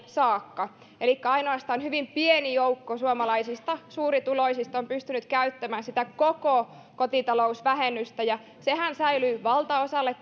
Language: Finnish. saakka elikkä ainoastaan hyvin pieni joukko suomalaisista suurituloisista on pystynyt käyttämään sitä koko kotitalousvähennystä ja sehän säilyy valtaosalle